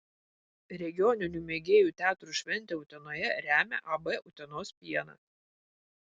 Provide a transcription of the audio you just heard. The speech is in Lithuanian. regioninių mėgėjų teatrų šventę utenoje remia ab utenos pienas